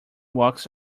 walks